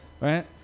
Right